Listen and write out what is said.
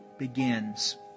begins